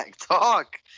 Talk